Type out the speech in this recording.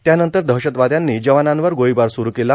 त्यानंतर दहशतवादयांनी जवानांवर गोळीबार सुरु केला